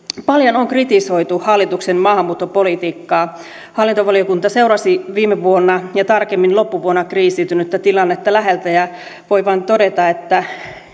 paljon on kritisoitu hallituksen maahanmuuttopolitiikkaa hallintovaliokunta seurasi viime vuonna ja tarkemmin loppuvuonna kriisiytynyttä tilannetta läheltä ja voi vain todeta että